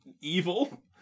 evil